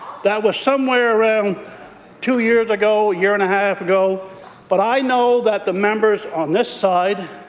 that was somewhere around two years ago, a year-and-a-half ago but, i know that the members on this side